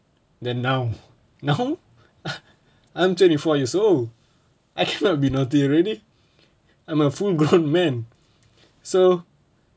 then now now I'm twenty four years old I should not be naughty already I'm a full grown man so